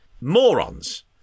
morons